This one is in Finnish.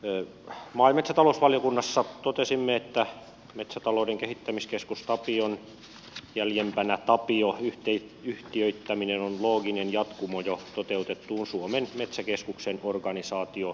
maa ja metsätalousvaliokunnassa totesimme että metsätalouden kehittämiskeskus tapion jäljempänä tapio yhtiöittäminen on looginen jatkumo jo toteutettuun suomen metsäkeskuksen organisaatiouudistukseen